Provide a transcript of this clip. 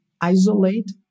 isolate